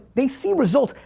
they see results.